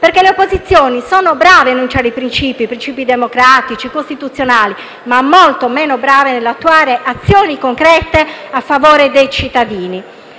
Le opposizioni sono brave a enunciare i princìpi democratici e costituzionali, ma molto meno brave nell'attuare azioni concrete a favore dei cittadini